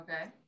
okay